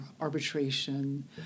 arbitration